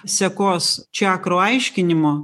sekos čakrų aiškinimo